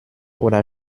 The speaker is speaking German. oder